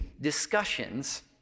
discussions